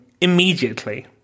immediately